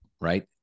right